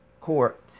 court